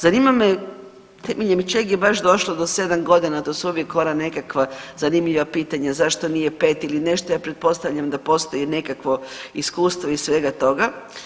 Zanima me temeljem čeg je baš došlo do 7 godina, to su uvijek ona nekakva zanimljiva pitanja, zašto nije 5 ili nešto, ja pretpostavljam da postoji nekakvo iskustvo iz svega toga.